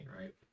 right